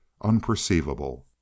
unperceivable